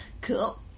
Cool